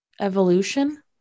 evolution